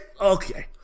Okay